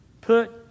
put